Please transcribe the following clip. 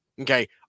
Okay